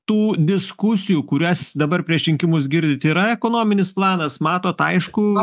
tų diskusijų kurias dabar prieš rinkimus girdit yra ekonominis planas matot aiškų